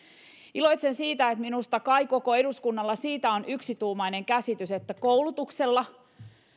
minusta kai koko eduskunnalla on yksituumainen käsitys siitä ja iloitsen siitä että koulutuksella